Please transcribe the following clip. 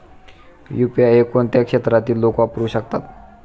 UPI हे कोणत्या क्षेत्रातील लोक वापरू शकतात?